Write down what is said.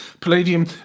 Palladium